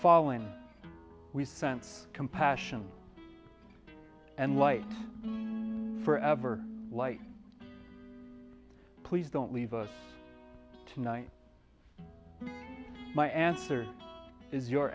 following we sent compassion and light for ever light please don't leave us tonight my answer is your